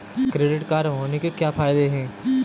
Credit card होने के क्या फायदे हैं?